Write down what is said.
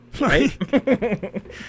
Right